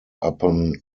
upon